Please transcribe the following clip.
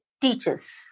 teachers